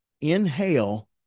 inhale